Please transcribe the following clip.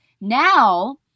Now